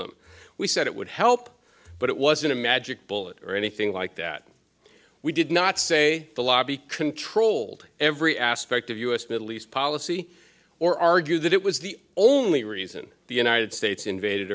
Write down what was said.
them we said it would help but it wasn't a magic bullet or anything like that we did not say the lobby controlled every aspect of u s middle east policy or argue that it was the only reason the united states invaded